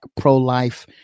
pro-life